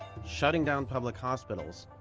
shutting down public hospitals,